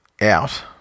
out